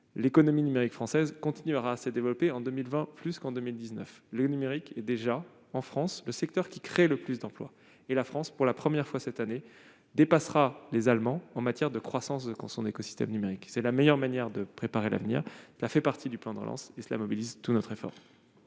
l'économie numérique française continuera à se développer en 2020, plus qu'en 2019. Le numérique est déjà le secteur qui crée le plus d'emplois en France. Pour la première fois cette année, notre pays dépassera l'Allemagne en ce qui concerne la croissance de son écosystème numérique. C'est la meilleure manière de préparer l'avenir et, dans le cadre du plan de relance, cela mobilise tous nos efforts.